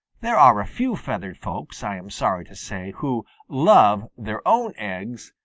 there are a few feathered folks, i am sorry to say, who love their own eggs,